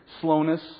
slowness